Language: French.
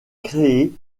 créé